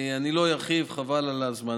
אני לא ארחיב, חבל על הזמן.